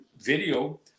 video